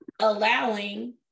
allowing